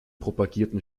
propagierten